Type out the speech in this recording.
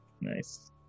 Nice